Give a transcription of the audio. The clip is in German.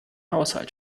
haushalt